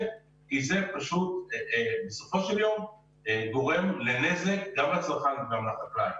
כי בסופו של יום זה גורם לנזק גם לצרכן וגם לחקלאי.